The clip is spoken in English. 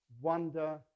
Wonder